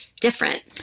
different